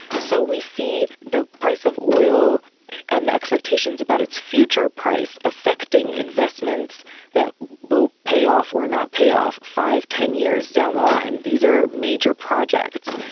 so we see the price of oil and the expectations about its future price affecting investments that will pay off or not pay off five, ten years down the line. these are major projects.